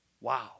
Wow